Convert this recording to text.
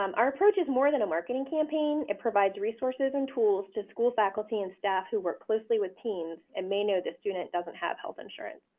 um our approach is more than a marketing campaign. it provides resources and tools to school faculty and staff who work closely with teens and may know the student doesn't have health insurance.